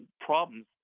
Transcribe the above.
problems